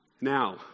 Now